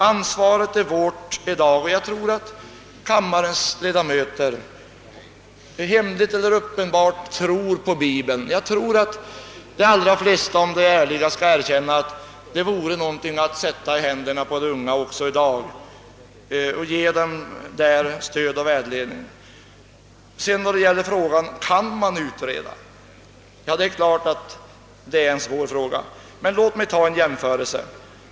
Ansvaret är vårt och jag tror att kammarens ledamöter, hemligt eller öppet, tror på bibeln, Jag tror att de allra flesta, om de är ärliga, erkänner att bibeln vore någonting att sätta i händerna på de unga också i dag för att därmed ge dem stöd och vägledning. Sedan kan man fråga sig om man kan utreda. Det är klart att detta är en svår fråga. Låt mig emellertid göra en jämförelse.